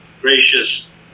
gracious